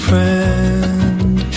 Friend